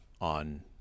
on